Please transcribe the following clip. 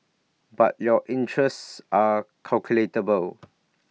but your interests are